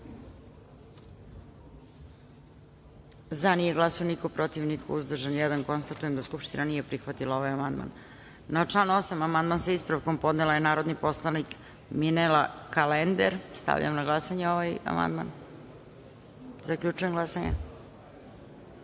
glasanje: za – niko, protiv – niko, uzdržan – jedan. Konstatujem da Skupština nije prihvatila ovaj amandman. Na član 8. amandman sa ispravkom, podnela je narodi poslanik Minela Kalender. Stavljam na glasanje ovaj amandman. Zaključujem glasanje: